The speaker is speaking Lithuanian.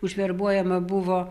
užverbuojama buvo